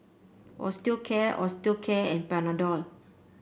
Osteocare Osteocare and Panadol